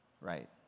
right